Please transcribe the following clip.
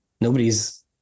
Nobody's